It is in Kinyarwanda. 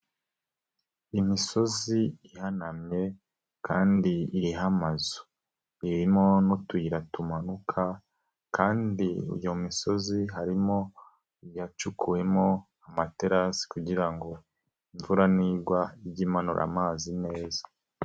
Imisozi ihanamye kandi iriho amazu, irimo n'utuyira tumanuka kandi iyo misozi harimo iyacukuwemo amaterasi kugira ngo imvura n'igwa ige imanura amazi neza.